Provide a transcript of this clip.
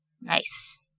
Nice